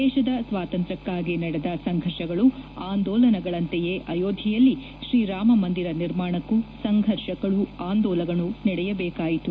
ದೇಶದ ಸ್ವಾತಂತ್ರ್ಕ್ಕಾಗಿ ನಡೆದ ಸಂಘರ್ಷಗಳು ಆಂದೋಲನಗಳಂತೆಯೇ ಅಯೋಧ್ಯೆಯಲ್ಲಿ ಶ್ರೀರಾಮ ಮಂದಿರ ನಿರ್ಮಾಣಕ್ಕೂ ಸಂಘರ್ಷಗಳು ಆಂದೋಲನಗಳು ನಡೆಯಬೇಕಾಯಿತು